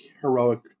heroic